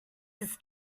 his